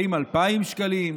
האם 2,000 שקלים?